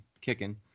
kicking